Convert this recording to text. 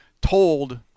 told